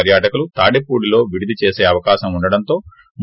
ప్రస్వాటకులు తాటిపూడిలో విడిది చేసే అవకాశం ఉండడంతో రూ